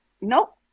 Nope